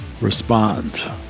respond